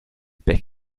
beg